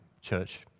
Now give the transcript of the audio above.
church